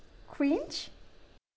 cringe